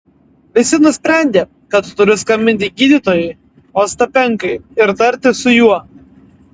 visi nusprendė kad turiu skambinti gydytojui ostapenkai ir tartis su juo